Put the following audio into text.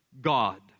God